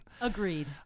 Agreed